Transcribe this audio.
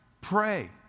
pray